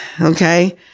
okay